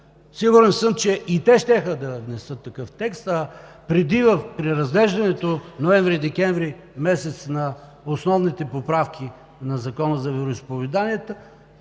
Сигурен съм, че и те щяха да внесат такъв текст, а при разглеждането ноември и декември месец на основните поправки на Закона за вероизповеданията